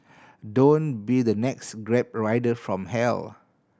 don't be the next Grab rider from hell